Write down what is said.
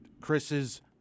Chris's